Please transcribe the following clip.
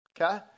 okay